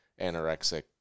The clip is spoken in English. anorexic